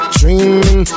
dreaming